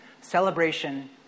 celebration